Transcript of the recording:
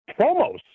promos